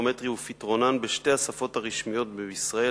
הפסיכומטריות ופתרונותיהן בשתי השפות הרשמיות בישראל,